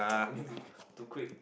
ah too quick